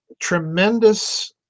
tremendous